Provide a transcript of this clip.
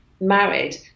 married